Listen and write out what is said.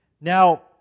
Now